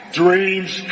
dreams